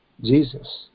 Jesus